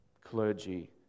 clergy